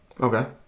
Okay